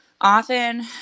Often